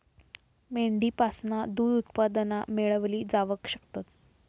मेंढीपासना दूध उत्पादना मेळवली जावक शकतत